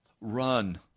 run